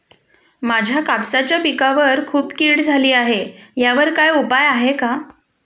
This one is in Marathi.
माझ्या कापसाच्या पिकावर खूप कीड झाली आहे यावर काय उपाय आहे का?